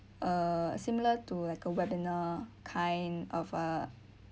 uh similar to like a webinar kind of a